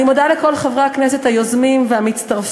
אני מודה לכל חברי הכנסת היוזמים והמצטרפים,